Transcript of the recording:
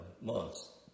months